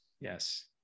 Yes